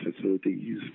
facilities